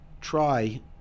try